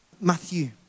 Matthew